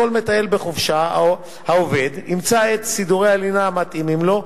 ככל מטייל בחופשה העובד ימצא את סידורי הלינה המתאימים לו,